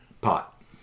pot